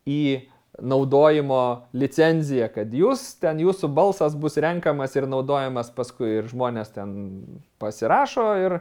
į naudojimo licenziją kad jūs ten jūsų balsas bus renkamas ir naudojamas paskui žmonės ir ten pasirašo ir